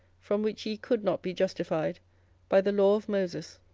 from which ye could not be justified by the law of moses.